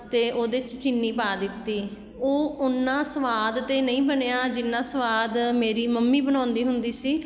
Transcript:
ਅਤੇ ਉਹਦੇ 'ਚ ਚੀਨੀ ਪਾ ਦਿੱਤੀ ਉਹ ਓਨਾ ਸਵਾਦ ਤਾਂ ਨਹੀਂ ਬਣਿਆ ਜਿੰਨਾ ਸਵਾਦ ਮੇਰੀ ਮੰਮੀ ਬਣਾਉਂਦੀ ਹੁੰਦੀ ਸੀ